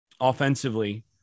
offensively